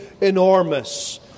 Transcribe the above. enormous